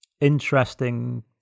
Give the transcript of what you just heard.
interesting